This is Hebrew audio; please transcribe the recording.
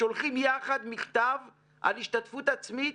ששולחים יחד מכתב על השתתפות עצמית